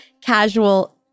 casual